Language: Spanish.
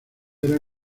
era